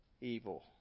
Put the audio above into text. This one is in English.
evil